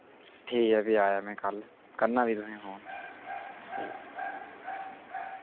ठीक ऐ फ्ही आया मैं कल करना फ्ही तुसें फोन ठीक